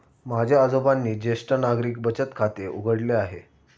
माझ्या आजोबांनी ज्येष्ठ नागरिक बचत खाते उघडले आहे